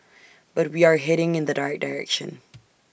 but we are heading in the right direction